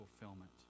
fulfillment